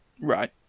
Right